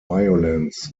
violence